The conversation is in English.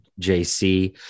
jc